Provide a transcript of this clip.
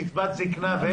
קצבת זקנה ו...?